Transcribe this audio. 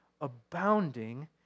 abounding